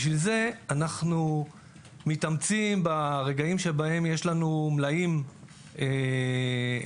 בשביל זה אנחנו מתאמצים ברגעים שבהם יש לנו מלאים גדולים,